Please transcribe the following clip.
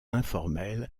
informelle